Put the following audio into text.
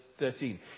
13